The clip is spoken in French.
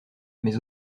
mais